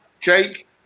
Jake